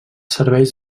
serveis